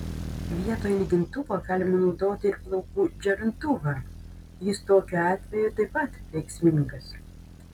vietoj lygintuvo galima naudoti ir plaukų džiovintuvą jis tokiu atveju taip pat veiksmingas